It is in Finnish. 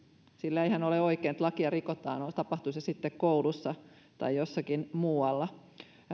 sillä eihän ole oikein että lakia rikotaan tapahtui se sitten koulussa tai jossakin muualla